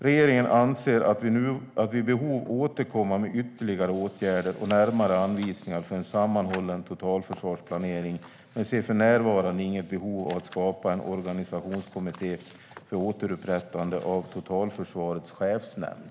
Regeringen avser att vid behov återkomma med ytterligare åtgärder och närmare anvisningar för en sammanhållen totalförsvarsplanering men ser för närvarande inget behov av att skapa en organisationskommitté för återupprättande av Totalförsvarets chefsnämnd.